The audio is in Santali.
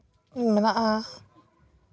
ᱢᱮᱱᱟᱜᱼᱟ